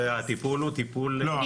הטיפול הוא טיפול --- לא,